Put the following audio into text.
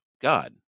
God